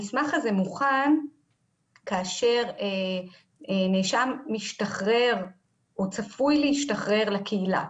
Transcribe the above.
המסמך הזה מוכן כאשר נאשם משתחרר או צפוי להשתחרר לקהילה.